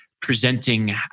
presenting